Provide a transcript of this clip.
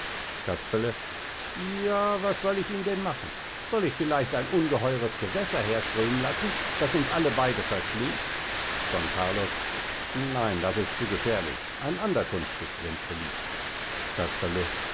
casperle j was soll ich ihm denn machen soll ich vielleicht ein ungeheures gewäßer herströmen laßen das uns alle beide verschlingt don carlos nein das ist zu gefährlich ein ander kunststück wenns beliebt casperle